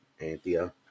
Anthea